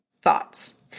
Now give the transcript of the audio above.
thoughts